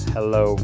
Hello